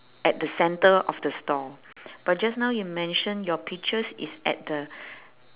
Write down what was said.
at the centre of the store but just now you mention your peaches is at the